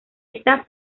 esta